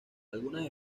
algunas